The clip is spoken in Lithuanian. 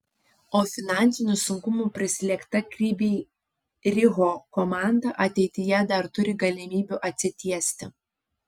o finansinių sunkumų prislėgta kryvyj riho komanda ateityje dar turi galimybių atsitiesti